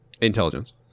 intelligence